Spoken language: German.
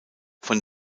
von